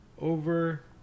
over